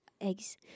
eggs